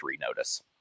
notice